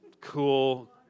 cool